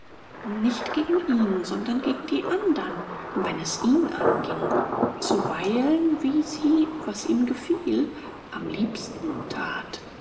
nicht gegen ihn sondern gegen die andern wenn es ihn anging zuweilen wie sie was ihm gefiel am liebsten tat